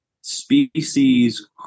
species